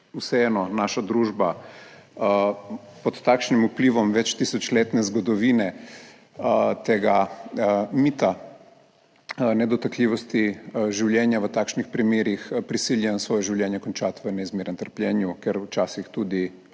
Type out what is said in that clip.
vseeno naša družba pod takšnim vplivom več tisočletne zgodovine tega mita nedotakljivosti življenja v takšnih primerih prisiljen svoje življenje končati v neizmernem trpljenju, ker včasih tudi